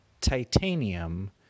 Titanium